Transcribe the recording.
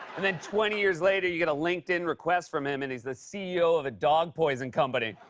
and then, twenty years later, you get a linkedin request from him, and he's the ceo of a dog-poison company.